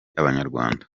abanyarwanda